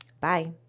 Bye